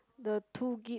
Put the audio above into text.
the two gig